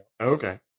Okay